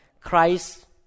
Christ